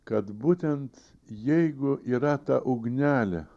kad būtent jeigu yra ta ugnelė